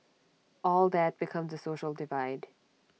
all that becomes social divide